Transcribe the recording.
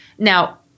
Now